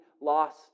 lost